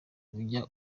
ujya